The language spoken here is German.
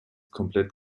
komplett